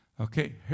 Okay